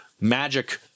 magic